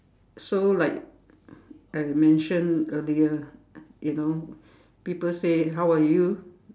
so like I mentioned earlier you know people say how are you